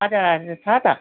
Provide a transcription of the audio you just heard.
हजुर हजुर छ त